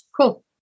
Cool